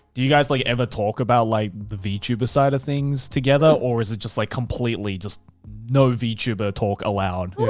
do you guys like ever talk about like the vtuber side of things together? or is it just like completely just no vtuber talk aloud?